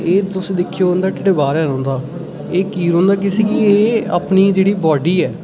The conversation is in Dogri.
एह् तुस दिक्खेओ उं'दा ढिड्ड बाह्र गै रौंह्दा एह् की रौंह्दा कि अपनी जेह्ड़ी बाड्डी ऐ